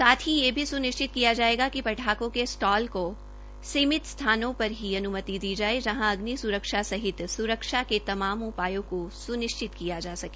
साथ ही यह भी स्निश्चित किया जायेगा कि पटाखों के स्टॉल को सीमित स्थानों पर ही अन्मति दी जाये जहां अग्नि स्रक्षा सहित स्रक्षा के तमाम उपायो को सुनिश्चित किया जा सके